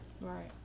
Right